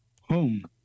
home